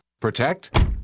Protect